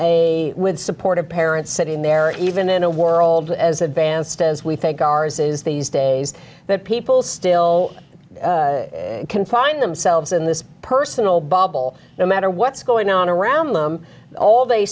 a would support a parent sitting there even in a world as advanced as we think ours is these days that people still can find themselves in this personal bubble no matter what's going on around them all they